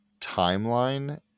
timeline